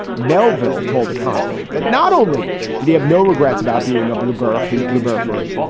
melville told a confident that not only did he have no regrets about being a blue bird, his bluebird free,